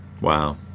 Wow